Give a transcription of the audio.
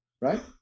right